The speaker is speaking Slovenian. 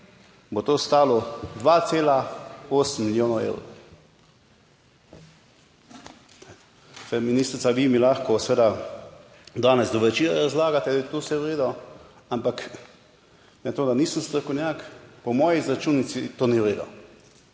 bo to stalo 2,8 milijonov evrov. Ministrica vi mi lahko seveda danes do večera razlagate, da je to vse v redu, ampak glede na to, da nisem strokovnjak po moji izračunici to ni v redu.